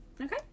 Okay